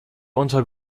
unter